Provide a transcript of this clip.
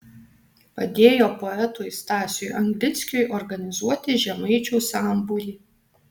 padėjo poetui stasiui anglickiui organizuoti žemaičių sambūrį